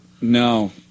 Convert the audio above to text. No